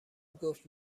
گفت